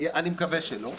אני מקווה שלא.